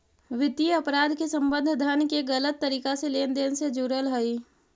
वित्तीय अपराध के संबंध धन के गलत तरीका से लेन देन से जुड़ल हइ